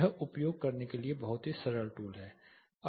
यह उपयोग करने के लिए एक बहुत ही सरल टूल है